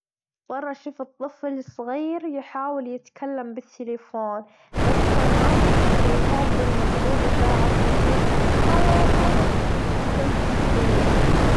مرة شفت طفل صغير يحاول يتكلم بالثليفون بس كان ماسك التلفون بالمجلوب وجاعد يصيح hallo hallo بكل جدية.